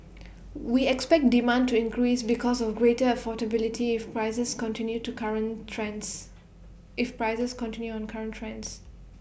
we expect demand to increase because of greater affordability if prices continue to current trends if prices continue on current trends